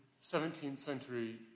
17th-century